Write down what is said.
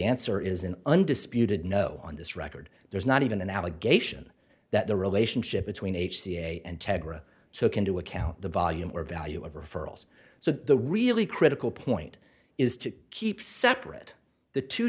answer is an undisputed no on this record there's not even an allegation that the relationship between h c a and tegra took into account the volume or value of referrals so the really critical point is to keep separate the two